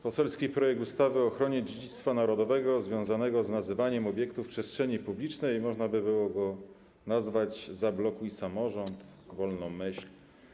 Poselski projekt ustawy o ochronie dziedzictwa narodowego związanego z nazywaniem obiektów przestrzeni publicznej można by było nazwać: zablokuj samorząd, wolną myśl.